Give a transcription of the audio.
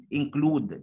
include